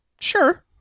Sure